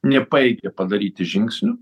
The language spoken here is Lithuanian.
nepajėgė padaryti žingsnių